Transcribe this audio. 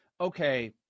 okay